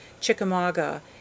Chickamauga